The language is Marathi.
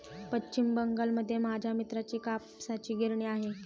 पश्चिम बंगालमध्ये माझ्या मित्राची कापसाची गिरणी आहे